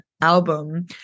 album